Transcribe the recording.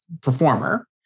performer